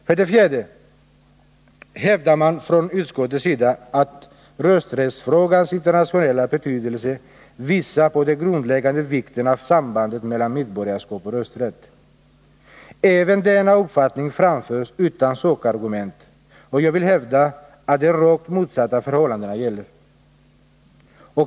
För det fjärde hävdar man från utskottets sida att sambandet mellan medborgarskap och rösträtt är av grundläggande betydelse och att inte minst rösträttsfrågans internationella betydelse leder till den slutsatsen. Även denna uppfattning framförs utan sakargument, och jag vill hävda att det rakt motsatta förhållandet gäller.